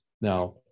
Now